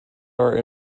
are